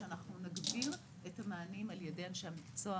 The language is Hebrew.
אנחנו נגביר את המענים על ידי אנשי המקצוע,